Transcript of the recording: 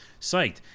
psyched